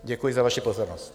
Děkuji za vaši pozornost.